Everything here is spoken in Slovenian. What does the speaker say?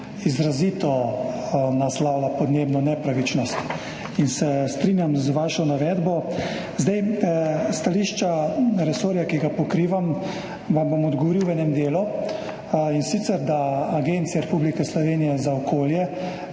izrazito naslavlja podnebno nepravičnost. In se strinjam z vašo navedbo. S stališča resorja, ki ga pokrivam, vam bom odgovoril v enem delu, in sicer da Agencija Republike Slovenije za okolje